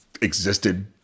existed